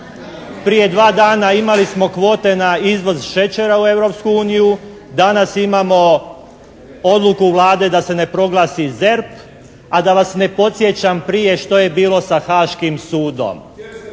Prije dva dana imali smo kvote na izvoz šećera u Europsku uniju, danas imamo odluku Vlade da se ne proglasi ZERP a da vas ne podsjećam prije što je bilo sa Haaškim sudom.